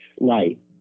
Right